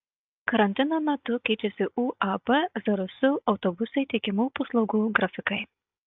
karantino metu keičiasi uab zarasų autobusai teikiamų paslaugų grafikai